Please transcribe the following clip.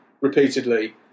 repeatedly